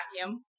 vacuum